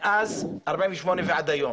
מאז 1948 ועד היום.